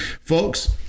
Folks